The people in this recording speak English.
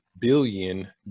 billion